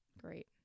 Great